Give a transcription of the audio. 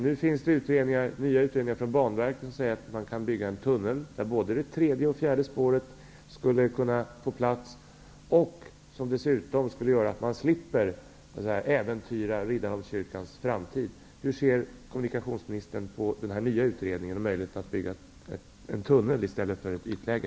Nu finns det nya utredningar från Banverket som säger att man kan bygga en tunnel, där både det tredje och det fjärde spåret skulle få plats, och som dessutom skulle göra att man slipper äventyra